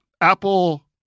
Apple